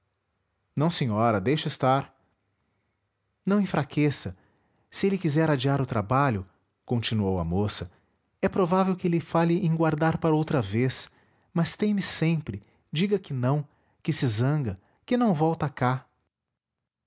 não senhora deixe estar não enfraqueça se ele quiser adiar o trabalho continuou a moça é provável que ele fale em guardar para outra vez mas teime sempre diga que não que se zanga que não volta cá